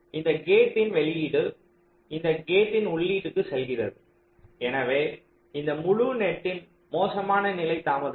இந்த கேட்டின் வெளியீடு இந்த கேட்டின் உள்ளீடுகளுக்குச் செல்கிறது எனவே இந்த முழு நெட்டின் மோசமான நிலை தாமதங்கள்